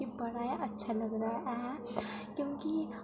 मिगी बड़ा गै अच्छा लगदा ऐ ऐ क्योंकि